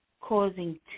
causing